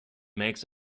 makes